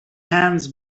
hands